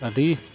ᱟᱹᱰᱤ